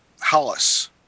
Hollis